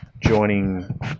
joining